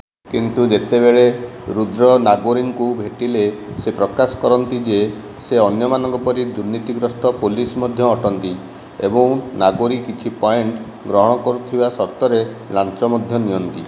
କିନ୍ତୁ ଯେତେବେଳେ ରୁଦ୍ର ନାଗୋରୀଙ୍କୁ ଭେଟିଲେ ସେ ପ୍ରକାଶ କରନ୍ତି ଯେ ସେ ଅନ୍ୟମାନଙ୍କ ପରି ଦୁର୍ନୀତିଗ୍ରସ୍ତ ପୋଲିସ୍ ମଧ୍ୟ ଅଟନ୍ତି ଏବଂ ନାଗୋରୀ କିଛି ପଏଣ୍ଟ ଗ୍ରହଣ କରୁଥିବା ସର୍ତ୍ତରେ ଲାଞ୍ଚ ମଧ୍ୟ ନିଅନ୍ତି